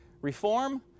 Reform